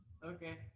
Okay